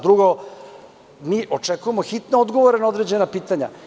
Drugo, mi očekujemo hitne odgovore na određena pitanja.